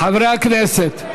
חברי הכנסת.